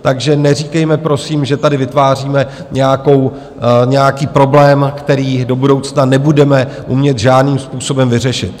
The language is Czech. Takže neříkejme prosím, že tady vytváříme nějaký problém, který do budoucna nebudeme umět žádným způsobem vyřešit.